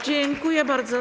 Dziękuję bardzo.